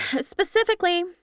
Specifically